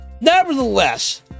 Nevertheless